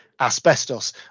asbestos